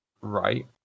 Right